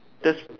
that's